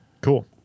Cool